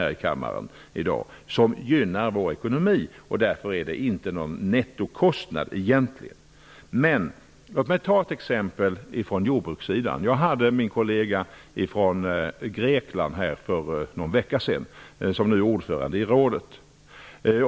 Jag har noterat att denna fråga tidigare i dag har varit uppe till debatt här i kammaren. Låt mig ta ett exempel från jordbrukets område. Min kollega i Grekland var på besök hos mig för någon vecka sedan. Han är nu ordförande i rådet.